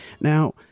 Now